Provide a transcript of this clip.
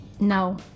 No